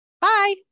Bye